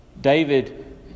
David